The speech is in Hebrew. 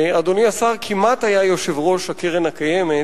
אדוני השר כמעט היה יושב-ראש הקרן הקיימת,